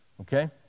Okay